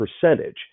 percentage